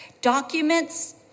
Documents